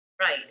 Right